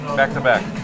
back-to-back